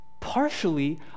partially